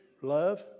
love